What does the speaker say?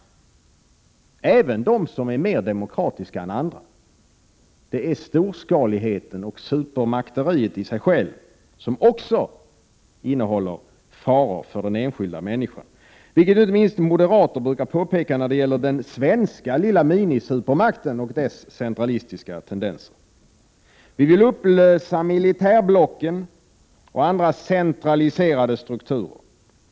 Detta gäller även de som är mer demokratiska än andra. Det är storskaligheten och supermakteriet i sig självt som också innehåller faror för den enskilda människan. Detta brukar inte minst moderaterna påpeka när det gäller den svenska lilla minisupermakten och dessa centralistiska tendenser. Vi i miljöpartiet vill upplösa militärblocken och andra centraliserade strukturer.